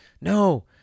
no